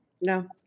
No